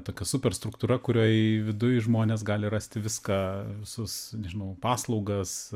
tokia super struktūra kurioj viduj žmonės gali rasti viską visus nežinau paslaugas